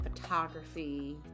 photography